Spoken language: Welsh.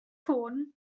ffôn